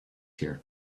here